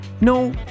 no